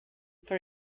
for